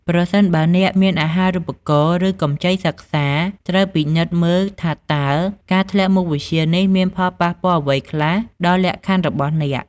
ប្រសិនបើអ្នកមានអាហារូបករណ៍ ឬកម្ចីសិក្សា ត្រូវពិនិត្យមើលថាតើការធ្លាក់មុខវិជ្ជានេះមានផលប៉ះពាល់អ្វីខ្លះដល់លក្ខខណ្ឌរបស់អ្នក។